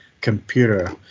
computer